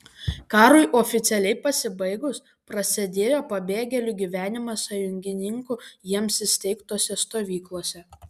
karui oficialiai pasibaigus prasidėjo pabėgėlių gyvenimas sąjungininkų jiems įsteigtose stovyklose